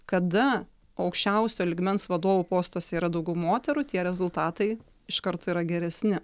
kada aukščiausio lygmens vadovų postuose yra daugiau moterų tie rezultatai iš karto yra geresni